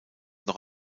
noch